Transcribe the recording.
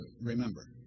remember